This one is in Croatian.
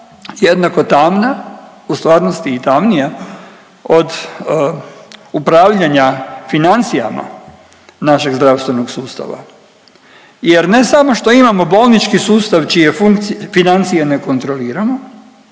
jednako tamna, u stvarno i tamnija od upravljanja financijama našeg zdravstvenog sustava jer ne samo što imamo bolnički sustav čije funkc… financije ne kontroliramo,